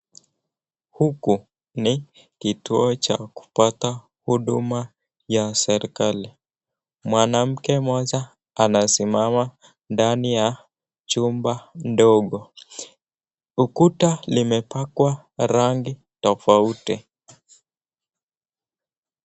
Huku ni kituo cha kupata huduma ya serekali, mwanamke moja anasimama ndani ya chumba ndogo, ukuta limepakwa rangi tafauti.